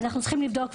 אנחנו צריכים לבדוק,